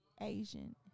Asian